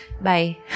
Bye